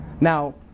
Now